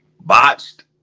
botched